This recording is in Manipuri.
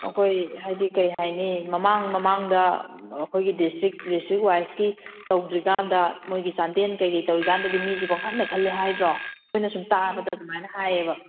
ꯑꯩꯈꯣꯏ ꯍꯥꯏꯗꯤ ꯀꯩ ꯍꯥꯏꯅꯤ ꯃꯃꯥꯡ ꯃꯃꯥꯡꯗ ꯑꯩꯈꯣꯏꯒꯤ ꯗꯤꯁꯇ꯭ꯔꯤꯛ ꯗꯤꯁꯇ꯭ꯔꯤꯛ ꯋꯥꯏꯁꯀꯤ ꯇꯧꯗ꯭ꯔꯤꯀꯥꯟꯗ ꯃꯣꯏꯒꯤ ꯆꯥꯟꯗꯦꯜ ꯀꯩꯀꯩ ꯇꯧꯔꯤꯀꯥꯟꯗꯗꯤ ꯃꯤꯁꯦ ꯄꯪꯈꯟꯗ ꯈꯜꯂꯦ ꯍꯥꯏꯗ꯭ꯔꯣ ꯑꯩꯈꯣꯏꯅ ꯁꯨꯝ ꯇꯥꯕꯗ ꯑꯗꯨꯃꯥꯏꯅ ꯍꯥꯏꯌꯦꯕ